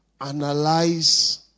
analyze